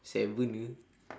seven ke